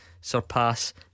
surpass